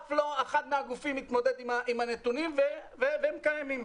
אף לא אחד מהגופים התמודד עם הנתונים, והם קיימים.